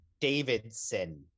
davidson